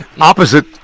opposite